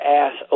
ass